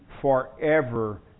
forever